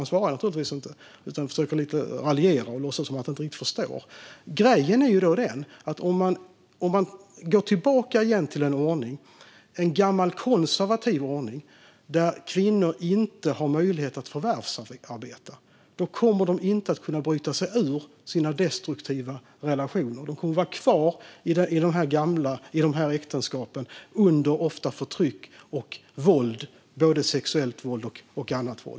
Han svarade naturligtvis inte utan försökte raljera och låtsas som att han inte riktigt förstod. Grejen är att om man går tillbaka till en gammal konservativ ordning där kvinnor inte har möjlighet att förvärvsarbeta kommer de inte att kunna bryta sig ur sina destruktiva relationer. De kommer att vara kvar i de här äktenskapen, ofta under förtryck och våld, både sexuellt och annat.